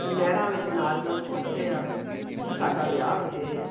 ਨਹਿਰਾਂ ਵਿੱਚ ਨਾਰੀਅਲ ਸੁੱਟਦੇ ਆ ਕਿ ਸਾਡਾ ਵਿਆਹ ਹੋ ਜਾਵੇ